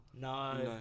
No